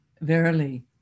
Verily